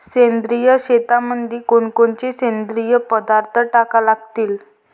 सेंद्रिय शेतीमंदी कोनकोनचे सेंद्रिय पदार्थ टाका लागतीन?